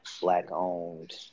Black-owned